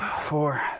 four